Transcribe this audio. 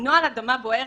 נוהל אדמה בוערת,